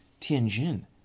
Tianjin